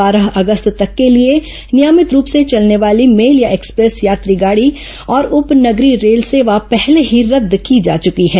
बारह अगस्त तक के लिए नियमित रुप से चलने वॉली मेल या एक्सप्रेस यात्री गोंड़ी और उप नगरीय रेल सेवा पहले ही रद्द की जा चुकी है